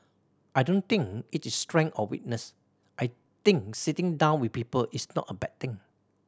I don't think it is strength or weakness I think sitting down with people is not a bad thing